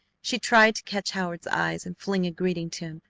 she tried to catch howard's eyes and fling a greeting to him,